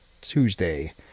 Tuesday